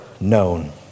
known